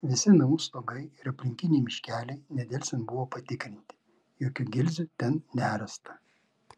visi namų stogai ir aplinkiniai miškeliai nedelsiant buvo patikrinti jokių gilzių ten nerasta